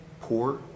poor